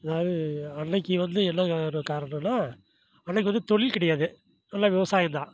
அதாவது அன்னைக்கு வந்து என்ன காலகட்டம் காரணனா அன்னைக்கு வந்து தொழில் கிடையாது நல்ல விவசாயம் தான்